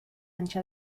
ancha